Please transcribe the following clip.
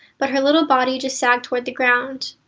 but her little body just sagged toward the ground.